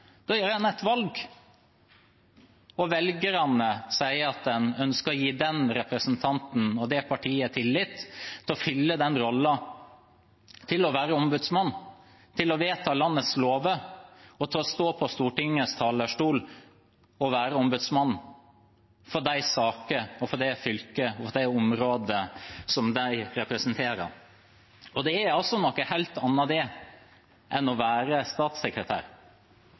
Da gjør en et valg, og velgerne sier at de ønsker å gi den representanten og det partiet tillit til å fylle den rollen, til å være ombudsmann – til å vedta landets lover, til å stå på Stortingets talerstol og være ombudsmann for de sakene, for det fylket og det området som de representerer. Det er noe helt annet enn å være statssekretær.